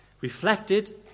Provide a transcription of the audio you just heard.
reflected